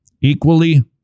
equally